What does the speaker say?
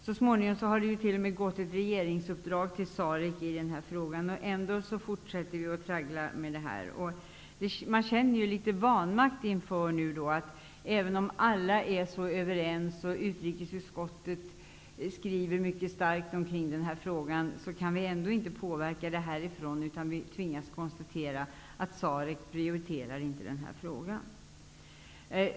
Så småningom blev det t.o.m. ett regeringsuppdrag till SAREK i frågan. Ändå fortsätter vi att traggla om det här. Litet av vanmakt upplevs här. Men även om alla är så ense och utrikesutskottet har en mycket stark skrivning i frågan, kan vi inte härifrån påverka det hela. Vi tvingas i stället konstatera att SAREK inte prioriterar den här frågan.